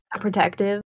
protective